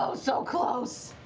so so close!